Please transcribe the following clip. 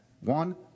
one